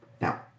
Now